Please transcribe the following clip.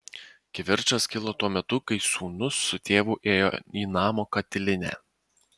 kivirčas kilo tuo metu kai sūnus su tėvu ėjo į namo katilinę